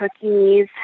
cookies